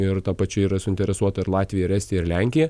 ir tuo pačiu yra suinteresuota ir latvija ir estija ir lenkija